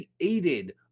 created